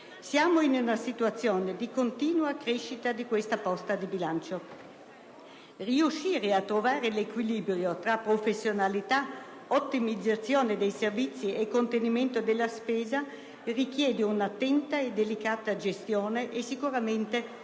Siamo in una situazione di continua crescita di questa posta di bilancio; riuscire a trovare l'equilibrio tra professionalità, ottimizzazione dei servizi e contenimento della spesa richiede un'attenta e delicata gestione e sicuramente una